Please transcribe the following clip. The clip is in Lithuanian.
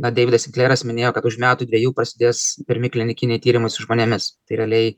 na deividas sinkleras minėjo kad už metų dviejų prasidės pirmi klinikiniai tyrimai su žmonėmis tai realiai